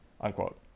unquote